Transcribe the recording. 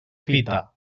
fita